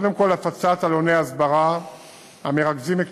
קודם כול הפצת עלוני הסברה המרכזים את